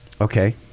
Okay